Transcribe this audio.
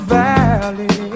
valley